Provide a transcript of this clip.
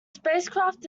spacecraft